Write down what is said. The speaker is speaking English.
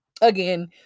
Again